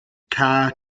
kai